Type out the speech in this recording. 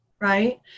Right